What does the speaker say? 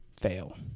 fail